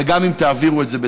וגם אם תעבירו את זה,